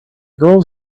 girls